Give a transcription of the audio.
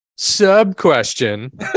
Sub-question